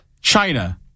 China